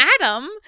Adam